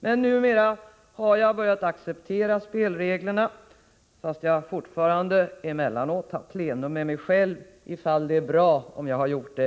Men numera har jag börjat acceptera spelreglerna, fast jag emellanåt har plenum med mig själv om det är bra eller inte att jag har gjort det.